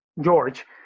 George